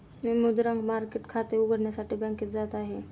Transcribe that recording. मी मुद्रांक मार्केट खाते उघडण्यासाठी बँकेत जात आहे